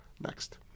next